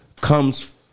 comes